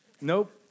Nope